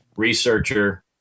researcher